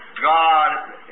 God